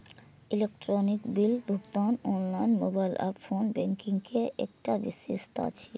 electronic bill भुगतान online, mobile आ phone banking के एकटा विशेषता छियै